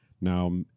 now